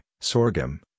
sorghum